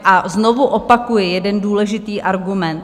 A znovu opakuji jeden důležitý argument.